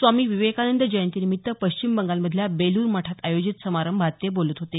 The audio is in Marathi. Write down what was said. स्वामी विवेकानंद जयंतीनिमित्त पश्चिम बंगालमधल्या बेलूर मठात आयोजित समारंभात ते बोलत होते